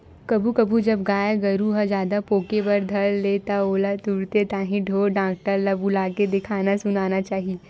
कभू कभू जब गाय गरु ह जादा पोके बर धर ले त ओला तुरते ताही ढोर डॉक्टर ल बुलाके देखाना सुनाना चाही